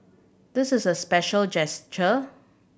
this is a special gesture